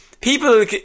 People